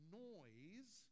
noise